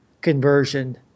conversion